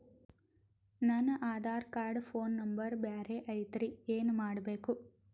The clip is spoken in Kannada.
ನನ ಆಧಾರ ಕಾರ್ಡ್ ಫೋನ ನಂಬರ್ ಬ್ಯಾರೆ ಐತ್ರಿ ಏನ ಮಾಡಬೇಕು?